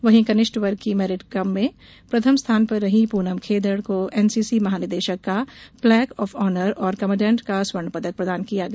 वहीं कनिष्ठ वर्ग की मेरिट कम में प्रथम स्थान पर रही पूनम खेदड़ को एनसीसी महानिदेशक का प्लेक आफ ऑनर और कमान्डेन्ट का स्वर्णपदक प्रदान किया गया